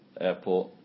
airport